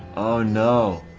oh no!